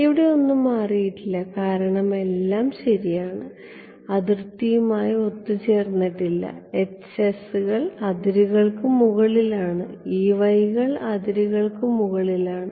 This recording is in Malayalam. ഇവിടെ ഒന്നും മാറിയിട്ടില്ല കാരണം എല്ലാം ശരിയാണ് അതിർത്തിയുമായി ഒത്തുചേർന്നിട്ടില്ല Hs കൾ അതിരുകൾക്ക് മുകളിലാണ് കൾ അതിരുകൾക്ക് മുകളിലാണ്